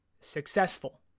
successful